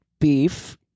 beef